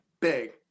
big